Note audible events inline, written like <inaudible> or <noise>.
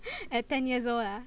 <breath> at ten years old ah